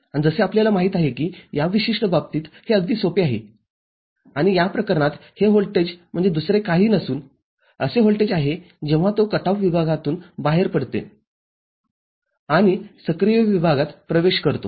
आणि जसे आपल्याला माहित आहे की या विशिष्ट बाबतीत हे अगदी सोपे आहे आणि या प्रकरणात हे व्होल्टेज म्हणजे दुसरे काही नसून असे व्होल्टेज आहे जेव्हा ते कट ऑफ विभागातून बाहेर पडते आणि सक्रिय विभागात प्रवेश करतो